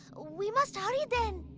we must hurry then!